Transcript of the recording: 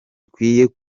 gihe